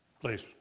Please